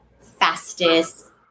fastest